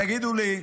תגידו לי,